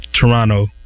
Toronto